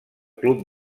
club